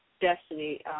destiny